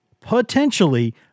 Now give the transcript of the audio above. potentially